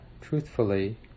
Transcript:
truthfully